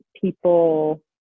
people